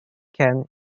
ken